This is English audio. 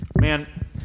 man